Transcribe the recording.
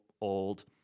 old